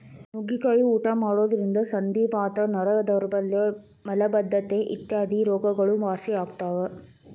ನುಗ್ಗಿಕಾಯಿ ಊಟ ಮಾಡೋದ್ರಿಂದ ಸಂಧಿವಾತ, ನರ ದೌರ್ಬಲ್ಯ ಮಲಬದ್ದತೆ ಇತ್ಯಾದಿ ರೋಗಗಳು ವಾಸಿಯಾಗ್ತಾವ